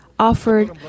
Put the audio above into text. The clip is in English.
offered